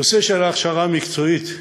הנושא של ההכשרה המקצועית,